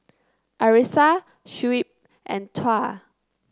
Arissa Shuib and Tuah